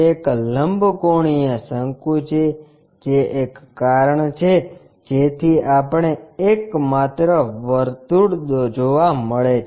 તે એક લંબ કોણીય શંકુ છે જે એક કારણ છે જેથી આપણે એકમાત્ર વર્તુળ જોવા મળે છે